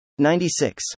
96